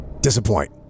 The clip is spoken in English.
Disappoint